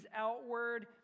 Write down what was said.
outward